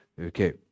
Okay